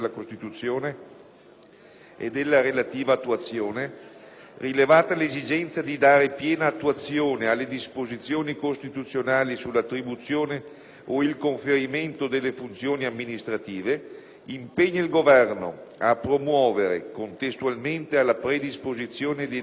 e della relativa attuazione; rilevata l'esigenza di dare piena attuazione alle disposizioni costituzionali sull'attribuzione o il conferimento delle funzioni amministrative, impegna il Governo a promuovere, contestualmente alla predisposizione dei decreti legislativi,